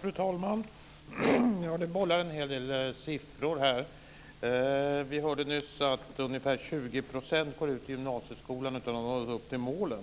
Fru talman! Det bollas med en hel del siffror. Vi hörde nyss att ungefär 20 % går ut gymnasieskolan utan att ha nått upp till dess mål. Om